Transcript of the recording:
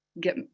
get